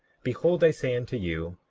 behold, i say unto you,